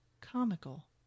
comical